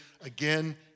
again